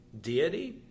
deity